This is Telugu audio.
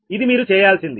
ఇది మీరు చేయాల్సింది